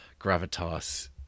gravitas